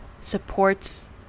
supports